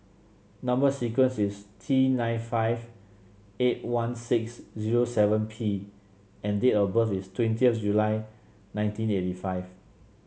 number sequence is T nine five eight one six zero seven P and date of birth is twentieth July nineteen eighty five